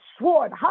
sword